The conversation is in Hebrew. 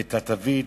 את התווית,